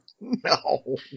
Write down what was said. No